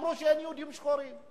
אמרו שאין יהודים שחורים.